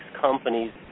companies